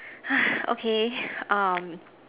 okay um